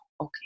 Okay